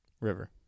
River